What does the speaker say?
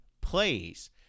plays